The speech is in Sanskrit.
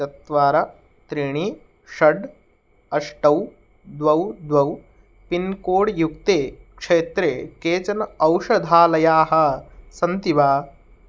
चत्वारि त्रीणि षट् अष्ट द्वे द्वे पिन्कोड् युक्ते क्षेत्रे केचन औषधालयाः सन्ति वा